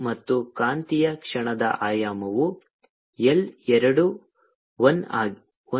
ಮತ್ತು ಕಾಂತೀಯ ಕ್ಷಣದ ಆಯಾಮವು L ಎರಡು I ಒಂದು